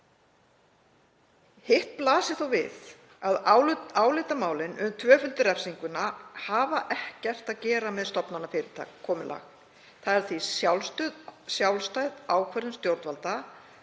Hitt blasir þó við að álitamálin um tvöföldu refsinguna hafa ekkert að gera með stofnanafyrirkomulag. Það er því sjálfstæð ákvörðun stjórnvalda